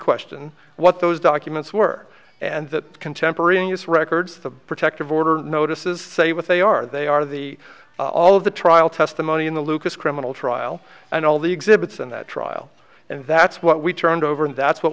question what those documents were and that contemporaneous records the protective order notices say what they are they are the all of the trial testimony in the lucas criminal trial and all the exhibits in that trial and that's what we turned over and that's what